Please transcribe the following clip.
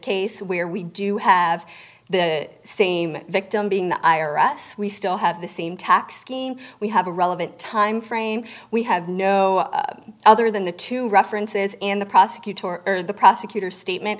case where we do have the same victim being the i r s we still have the same tax scheme we have a relevant time frame we have no other than the two references in the prosecutor or the prosecutor statement